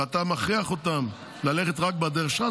ואתה מכריח אותם ללכת רק בדרך שלך,